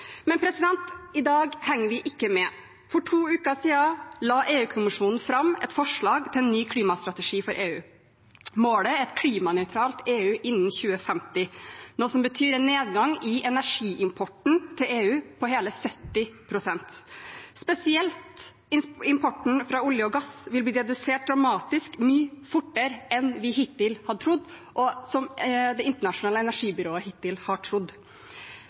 Men i dag henger vi ikke med. For to uker siden la EU-kommisjonen fram et forslag til en ny klimastrategi for EU. Målet er et klimanøytralt EU innen 2050, noe som betyr en nedgang i energiimporten til EU på hele 70 pst. Spesielt importen av olje og gass vil bli redusert dramatisk mye fortere enn vi og Det internasjonale energibyrået hittil har trodd.